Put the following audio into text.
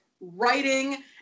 writing